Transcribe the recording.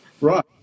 Right